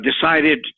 decided